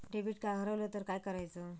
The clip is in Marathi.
डेबिट कार्ड हरवल तर काय करायच?